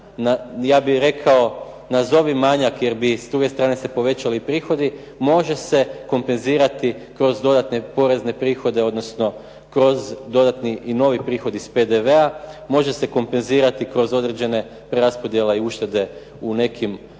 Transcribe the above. ja bih rekao nazovi manjak jer bi s druge strane se povećali prihodi može se kompenzirati kroz dodatne porezne prihode, odnosno kroz dodatni i novi prihod iz PDV-a, može se kompenzirati kroz određene preraspodjele i uštede u nekim